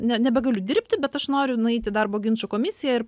ne nebegaliu dirbti bet aš noriu nueit į darbo ginčų komisiją ir